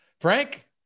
Frank